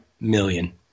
million